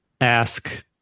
ask